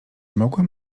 mogłem